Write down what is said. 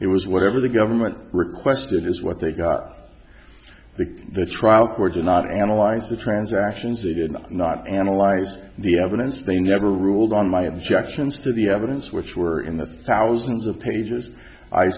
it was whatever the government requested is what they got the the trial court did not analyze the transactions they did not analyze the evidence they never ruled on my objections to the evidence which were in the thousands of pages i